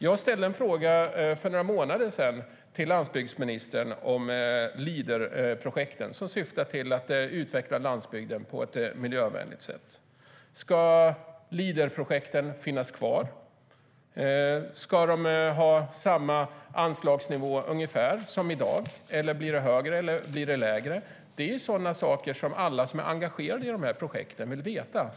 Jag ställde en fråga till landsbygdsministern för några månader sedan om leaderprojekten som syftar till att utveckla landsbygden på ett miljövänligt sätt. Ska leaderprojekten finnas kvar? Ska de ha ungefär samma anslagsnivå som i dag, eller blir den högre eller lägre? Det är sådana saker som alla som är engagerade i de här projekten vill veta.